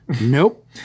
Nope